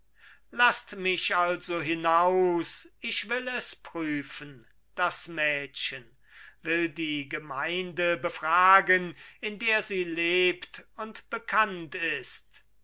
laßt mich also hinaus ich will es prüfen das mädchen will die gemeinde befragen in der sie lebt und bekannt ist